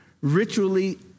ritually